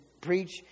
preach